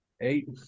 Eight